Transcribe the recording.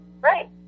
Right